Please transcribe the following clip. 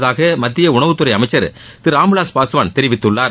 உள்ளதாக மத்திய உணவுத்துறை அமைச்சர் திரு ராம்விலாஸ் பாஸ்வான் தெரிவித்துள்ளார்